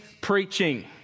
preaching